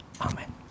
Amen